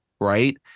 Right